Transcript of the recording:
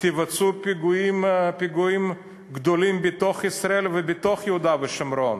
תבצעו פיגועים גדולים בתוך ישראל ובתוך יהודה ושומרון,